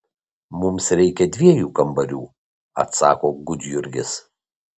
mums reikia dviejų kambarių atsako gudjurgis